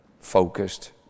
focused